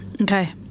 Okay